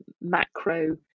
macro